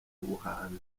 ubuhanzi